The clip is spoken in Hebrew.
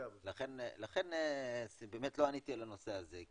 לכן באמת לא עניתי על הנושא הזה,